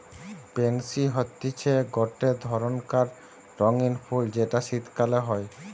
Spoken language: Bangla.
পেনসি হতিছে গটে ধরণকার রঙ্গীন ফুল যেটা শীতকালে হই